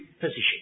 position